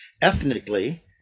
ethnically